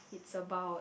it's about